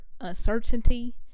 uncertainty